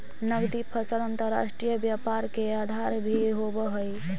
नगदी फसल अंतर्राष्ट्रीय व्यापार के आधार भी होवऽ हइ